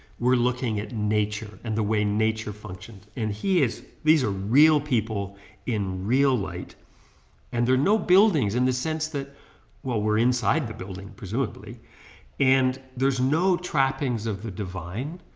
we're looking at nature and the way nature functions, and he is these are real people in real light and there are no buildings in the sense that well we're inside the building presumably and there's no trappings of the divine,